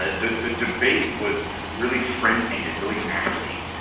ah the the debate was really frenzied and really nasty.